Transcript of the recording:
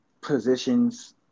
positions